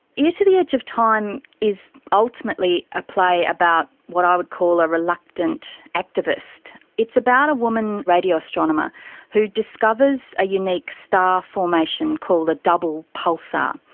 ear to the edge of time is ultimately a play about what i would call a reluctant activist. it's about a woman radio astronomer who discovers a unique star formation called a double pulsar.